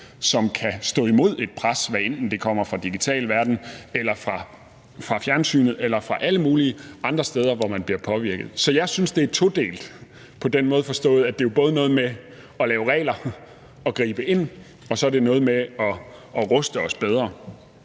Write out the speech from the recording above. som kan stå imod et pres, hvad enten det kommer fra den digitale verden eller fra fjernsynet eller fra alle mulige andre steder, hvor man bliver påvirket. Så jeg synes, det er todelt, forstået på den måde, at det både er noget med at lave regler og gribe ind og noget med at ruste sig bedre.